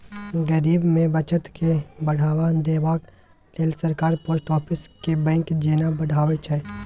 गरीब मे बचत केँ बढ़ावा देबाक लेल सरकार पोस्ट आफिस केँ बैंक जेना बढ़ाबै छै